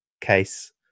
case